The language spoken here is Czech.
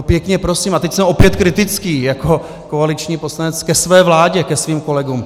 Pěkně prosím, a teď jsem opět kritický jako koaliční poslanec ke své vládě, ke svým kolegům.